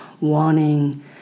wanting